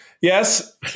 Yes